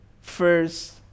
first